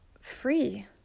free